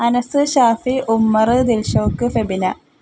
അനസ്സ് ഷാഫി ഉമ്മര് ദിൽഷോക്ക് ഫെബില